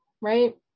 right